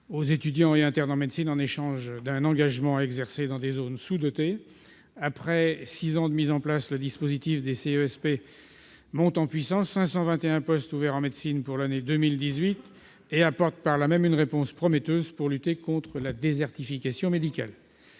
aux étudiants et internes en médecine en échange d'un engagement à exercer dans des zones sous-dotées. Après six ans de mise en place, le dispositif des CESP monte en puissance, avec 521 postes ouverts en médecine pour l'année 2018, et apporte par là même une réponse prometteuse pour lutter contre la désertification médicale.